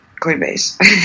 Coinbase